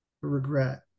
regret